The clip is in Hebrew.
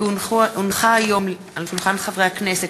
כי הונחו היום על שולחן הכנסת,